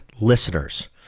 listeners